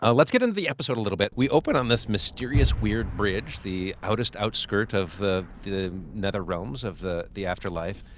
ah let's get into the episode a little bit. we open on this mysterious, weird bridge, the out-est outskirt of the the nether realms of the the afterlife.